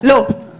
לא,